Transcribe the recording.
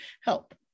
help